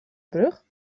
brug